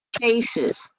cases